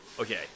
okay